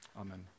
amen